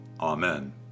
Amen